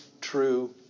true